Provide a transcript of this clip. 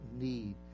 need